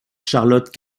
charlotte